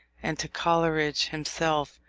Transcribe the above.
and to coleridge himself,